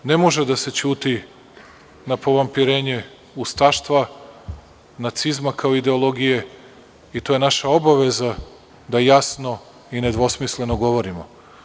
Ne može da se ćuti na povampirenje ustaštva, nacizma kao i ideologije, i to je naša obaveza da jasno i nedvosmisleno govorimo.